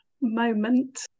moment